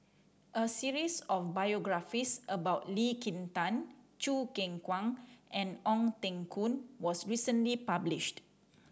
a series of biographies about Lee Kin Tat Choo Keng Kwang and Ong Teng Koon was recently published